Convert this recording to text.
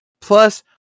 Plus